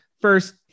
first